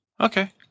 Okay